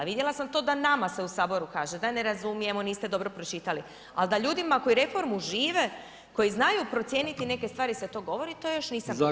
Vidjela sam to da nama se u saboru kaže da ne razumijemo, niste dobro pročitali, ali da ljudima koji reformu žive, koji znaju procijeniti neke stvari se to govori to još nisam doživjela.